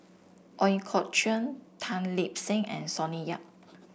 Ooi Kok Chuen Tan Lip Seng and Sonny Yap